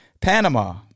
Panama